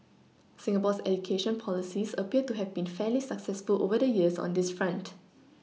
Singapore's education policies appear to have been fairly successful over the years on this front